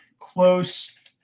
close